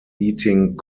eating